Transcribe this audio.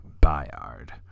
Bayard